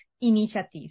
Initiative